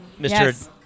Mr